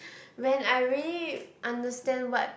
when I really understand what